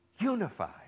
unified